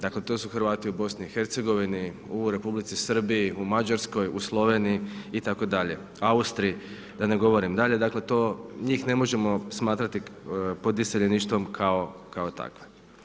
Dakle to su Hrvati u BiH-u, u Republici Srbiji, u Mađarskoj, u Sloveniji itd., Austriji da ne govorim dalje, dakle njih ne možemo smatrati pod iseljeništvom kao takve.